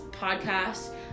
podcast